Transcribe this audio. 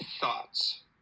thoughts